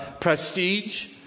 prestige